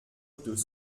deux